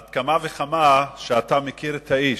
על אחת כמה וכמה כשאתה מכיר את האיש.